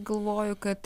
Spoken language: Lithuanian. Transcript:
galvoju kad